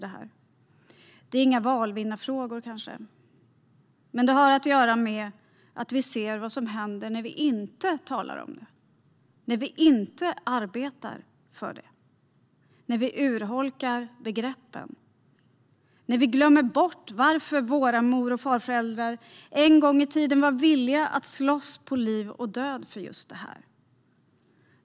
Det här är kanske inga valvinnarfrågor, men det har att göra med att vi ser vad som händer när vi inte talar om det och inte arbetar för det - när vi urholkar begreppen och glömmer bort varför våra mor och farföräldrar en gång i tiden var villiga att slåss på liv och död för just detta.